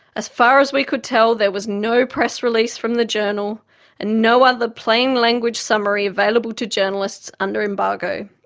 as far as we could tell there was no press release from the journal and no other plain language summary available to journalists under embargo,